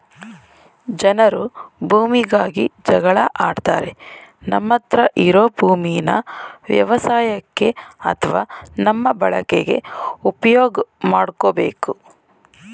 ಜನರು ಭೂಮಿಗಾಗಿ ಜಗಳ ಆಡ್ತಾರೆ ನಮ್ಮತ್ರ ಇರೋ ಭೂಮೀನ ವ್ಯವಸಾಯಕ್ಕೆ ಅತ್ವ ನಮ್ಮ ಬಳಕೆಗೆ ಉಪ್ಯೋಗ್ ಮಾಡ್ಕೋಬೇಕು